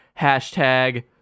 Hashtag